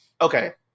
okay